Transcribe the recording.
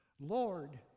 Lord